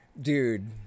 Dude